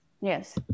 yes